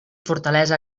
fortalesa